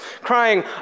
crying